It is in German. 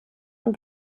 und